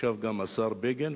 ישב גם השר בגין,